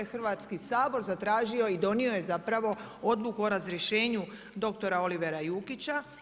Hrvatski sabor zatražio i donio je zapravo, odluku o razrješenju dr. Olivera Jukića.